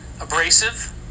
abrasive